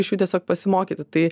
iš jų tiesiog pasimokyti tai